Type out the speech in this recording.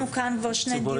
ניהלנו כאן כמה דיונים,